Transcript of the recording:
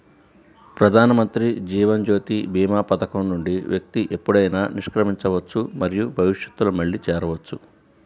ప్రధానమంత్రి జీవన్ జ్యోతి భీమా పథకం నుండి వ్యక్తి ఎప్పుడైనా నిష్క్రమించవచ్చు మరియు భవిష్యత్తులో మళ్లీ చేరవచ్చు